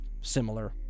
similar